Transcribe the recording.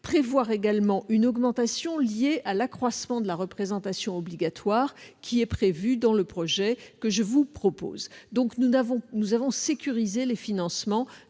prévoir également une augmentation liée à l'accroissement de la représentation obligatoire qui est prévu dans le projet que je vous propose. Nous avons donc sécurisé les financements